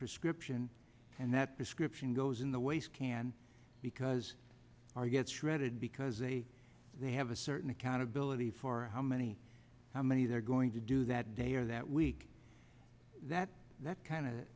prescription and that prescription goes in the waste can because our get shredded because a they have a certain accountability for how many how many they're going to do that day or that week that that kind